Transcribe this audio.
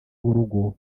w’urugo